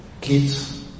kids